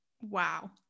Wow